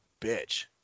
bitch